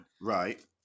Right